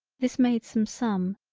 this made some sum.